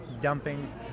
dumping